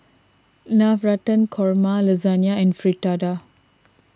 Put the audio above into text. Navratan Korma Lasagna and Fritada